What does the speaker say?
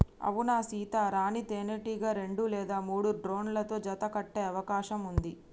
అవునా సీత, రాణీ తేనెటీగ రెండు లేదా మూడు డ్రోన్లతో జత కట్టె అవకాశం ఉంది